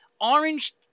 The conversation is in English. orange